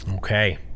Okay